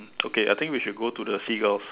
okay I think we should go to the seagulls